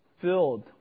filled